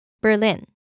Berlin